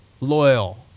loyal